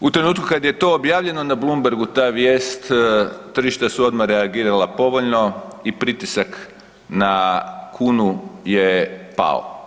U trenutku kada je to objavljeno na Bloombergu ta vijest tržišta su odmah reagirala povoljno i pritisak na kunu je pao.